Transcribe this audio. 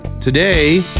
Today